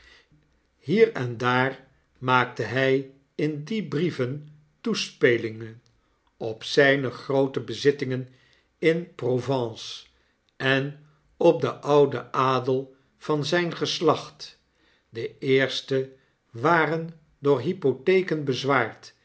hier en daar maakte hij in die brieven toespelingen op zijne groote bezittingen in provence en op den ouden adel van zin geslacht de eerste waren door hypotheken